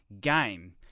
game